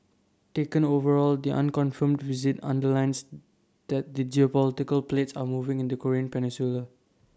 taken overall the unconfirmed visit underlines that the geopolitical plates are moving in the Korean peninsula